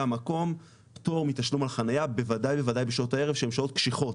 המקום פטור מתשלום החניה בוודאי בשעות הערב שהן שעות קשיחות,